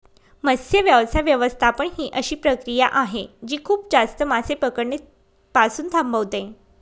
मत्स्य व्यवसाय व्यवस्थापन ही अशी प्रक्रिया आहे जी खूप जास्त मासे पकडणे पासून थांबवते